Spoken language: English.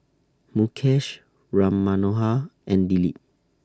Mukesh Ram Manohar and Dilip